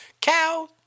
Cow